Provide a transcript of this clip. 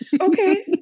Okay